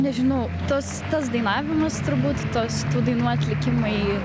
nežinau tas tas dainavimas turbūt tas tų dainų atlikimai